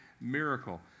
Miracle